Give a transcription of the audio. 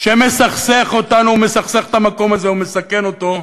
שמסכסך אותנו ומסכסך את המקום הזה ומסכן אותו,